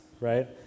right